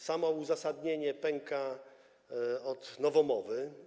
Samo uzasadnienie pęka od nowomowy.